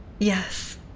Yes